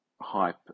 hype